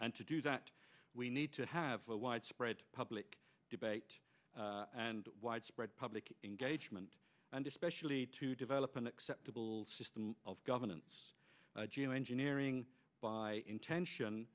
and to do that we need to have widespread public debate and widespread public engagement and especially to develop an acceptable system of governance geoengineering by intention